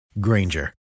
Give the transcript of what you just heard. Granger